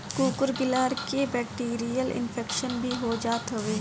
कुकूर बिलार के बैक्टीरियल इन्फेक्शन भी हो जात हवे